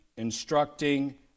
instructing